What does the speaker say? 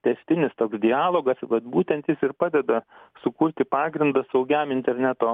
tęstinis toks dialogas vat būtent jis ir padeda sukurti pagrindą saugiam interneto